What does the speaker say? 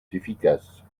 efficace